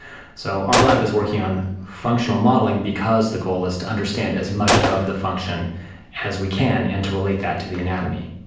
so our lab is working on functional modelling because the goal is to understand as much of the function as we can and to relate that to the anatomy.